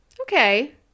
Okay